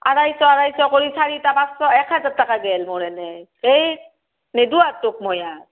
আঢ়াইশ আঢ়াইশ কৰি চাৰিটা পাঁচশ এক হাজাৰ টকা গ'ল মোৰ এনেই ধেই নিদো আৰ তোক মই আৰ